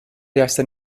yaştan